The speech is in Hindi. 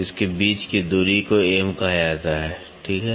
तो इसके बीच की दूरी को M कहा जाता है ठीक है